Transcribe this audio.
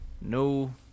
no